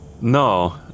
No